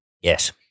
Yes